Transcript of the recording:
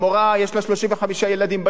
יש לה 35 ילדים בכיתה,